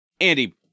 Andy